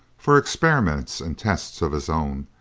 for experiments and tests of his own,